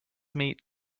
meet